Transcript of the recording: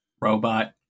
Robot